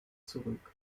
zurück